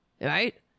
right